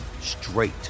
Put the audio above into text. straight